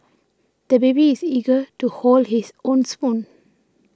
the baby is eager to hold his own spoon